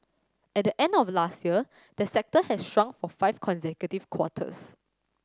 at the end of last year the sector had shrunk of five consecutive quarters